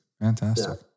Fantastic